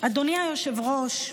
אדוני היושב-ראש,